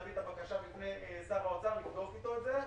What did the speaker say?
נביא את הבקשה בפני שר האוצר ונבדוק איתו את זה.